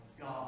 God